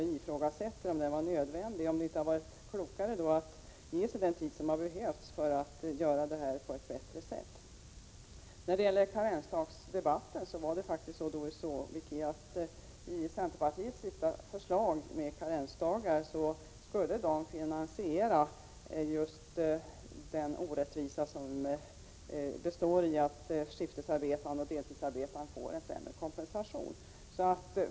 Vi ifrågasätter om den brådskan är nödvändig och om det inte hade varit klokare att ta sig den tid som behövs för att göra detta på ett bättre sätt. I karensdagsdebatten var det faktiskt så, Doris Håvik, att centerpartiets sista förslag innebar att man skulle finansiera undanröjandet av de orättvisor som består i att skiftarbetande och deltidsarbetande får en sämre kompensation.